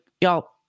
y'all